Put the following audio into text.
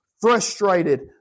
frustrated